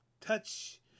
touch